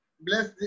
Bless